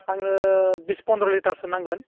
आंनो बिस पन्द्र' लिटारसो नांगोन